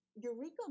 eureka